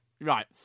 Right